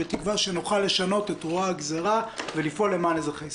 בתקווה שנוכל לשנות את רוע הגזרה ולפעול למען אזרחי ישראל.